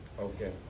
okay